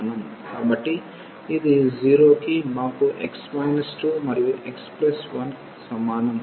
కాబట్టి ఇది 0 కి మాకు x 2 మరియు x1 సమానం